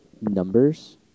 numbers